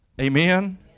Amen